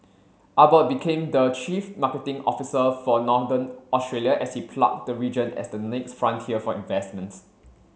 Abbott became the chief marketing officer for Northern Australia as he plugged the region as the next frontier for investments